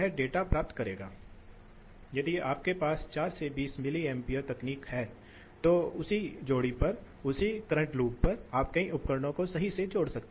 वह pipe Pipe तो यह उस पाइप Pipeकी विशेषता है जो किसी दिए गए प्रवाह को बनाने के लिए कितना दबाव अंतर की आवश्यकता होती है और आमतौर पर पता चलता है कि यह एक वर्ग नियम का पालन करता है